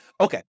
Okay